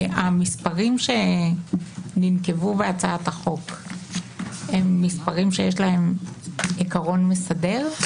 המספרים שנקבו בהם בהצעת החוק הם מספרים שיש להם עיקרון מסדר?